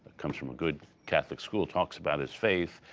comes from a good catholic school, talks about his faith,